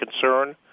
concern